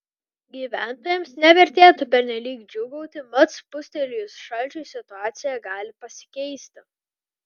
gyventojams nevertėtų pernelyg džiūgauti mat spustelėjus šalčiui situacija gali pasikeisti